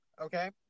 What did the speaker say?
Okay